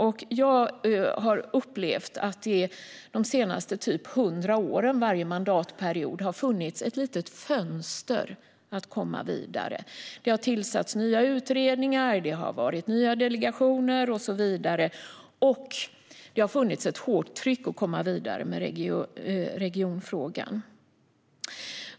Min upplevelse är att det under de senaste 100 åren varje mandatperiod har funnits ett litet fönster att komma vidare. Det har tillsatts nya utredningar och delegationer, och det har funnits ett hårt tryck att komma vidare med regionfrågan.